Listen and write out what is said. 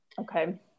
Okay